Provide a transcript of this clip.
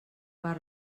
per